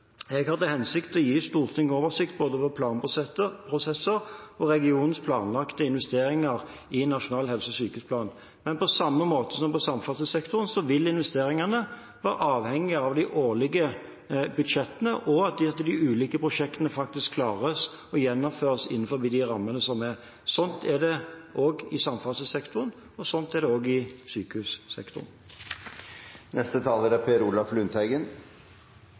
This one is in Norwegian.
Jeg har til hensikt å gi Stortinget oversikt over både planprosesser og regionens planlagte investeringer i nasjonal helse- og sykehusplan. Men på samme måte som på samferdselssektoren vil investeringene være avhengig av de årlige budsjettene, og at det etter de ulike prosjektene faktisk kan gjennomføres innenfor de rammene som er. Sånn er det også i samferdselssektoren, og sånn er det også i sykehussektoren.